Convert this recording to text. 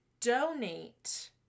donate